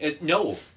No